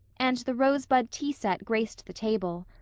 and the rose-bud tea-set graced the table!